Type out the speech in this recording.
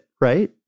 right